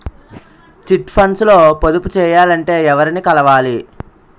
Chit funds లో పొదుపు చేయాలంటే ఎవరిని కలవాలి?